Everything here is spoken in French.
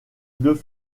deux